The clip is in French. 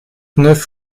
neuf